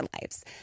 lives